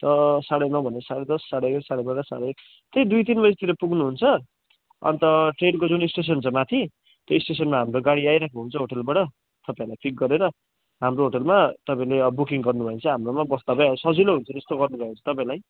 त साढे नौ भन्दा साढे दस साढे एघार साढे बाह्र साढे एक त्यही दुई तिन बजीतिर पुग्नुहुन्छ अन्त ट्रेनको जुन स्टेसन छ माथि त्यो स्टेसनमा हाम्रो गाडी आइरहेको हुन्छ होटलबाट तपाईँलाई पिक गरेर हाम्रो होटलमा तपाईँले अब बुकिङ गर्नुभयो भने चाहिँ हाम्रोमा बस्दा भइहाल्यो सजिलो हुन्छ त्यस्तो गर्नुभयो भने चाहिँ तपाईँलाई